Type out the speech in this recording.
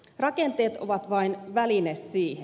rakenteet ovat vain väline siihen